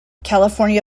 california